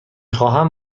خواهم